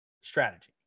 strategy